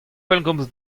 pellgomz